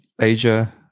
asia